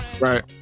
Right